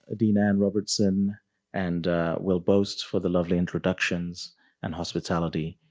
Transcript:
ah dean anne robertson and will boast for the lovely introductions and hospitality.